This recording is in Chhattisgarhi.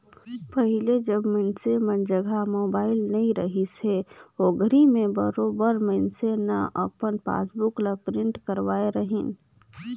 पहिले जब मइनसे मन जघा मोबाईल नइ रहिस हे ओघरी में बरोबर मइनसे न अपन पासबुक ल प्रिंट करवाय रहीन